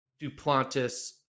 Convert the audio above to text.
Duplantis